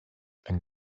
and